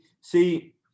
see